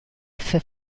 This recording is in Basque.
efe